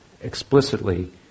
explicitly